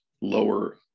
lower